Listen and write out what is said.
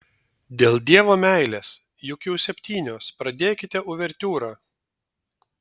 dėl dievo meilės juk jau septynios pradėkite uvertiūrą